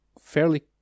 Fairly